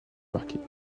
marqués